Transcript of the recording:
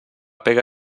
pega